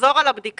תחזור על הבדיקה.